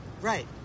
Right